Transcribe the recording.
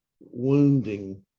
wounding